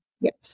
Yes